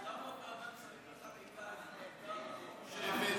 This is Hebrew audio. אז למה ועדת שרים לחקיקה התנגדה לחוק שהבאתי,